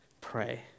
pray